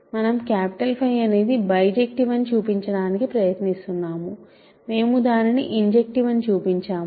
మనం 𝚽 అనేది బైజెక్టివ్ అని చూపించడానికి ప్రయత్నిస్తున్నాము మేము దానిని ఇంజెక్టివ్ అని చూపించాము